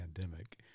pandemic